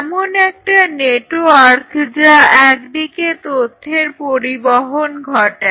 এমন একটা নেটওয়ার্ক যা একদিকে তথ্যের পরিবহন ঘটায়